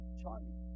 charming